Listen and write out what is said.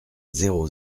zéro